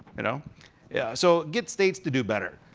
you know yeah so get states to do better.